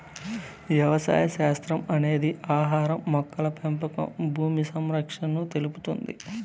వ్యవసాయ శాస్త్రం అనేది ఆహారం, మొక్కల పెంపకం భూమి సంరక్షణను తెలుపుతుంది